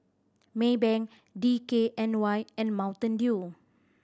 Maybank D K N Y and Mountain Dew